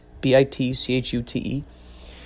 B-I-T-C-H-U-T-E